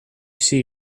see